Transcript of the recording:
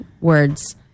words